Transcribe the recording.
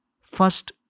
first